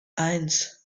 eins